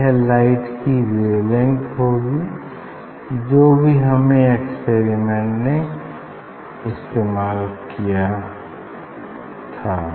यह लाइट की वेवलेंथ होगी जो भी हमने एक्सपेरिमेंट में इस्तेमाल की थी